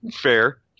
Fair